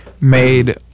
made